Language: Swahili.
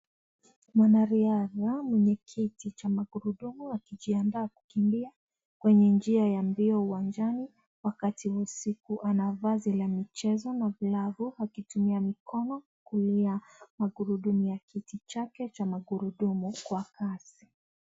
Mwanariadha mwenye kiti cha magurudumu akijiandaa kukimbia kwenye njia ya mbio uwanjani wakati wa usiku ana vazi la michezo na glafu akitumia mikono kulia kuhudumia kiti chake magurudumu kwa kazi.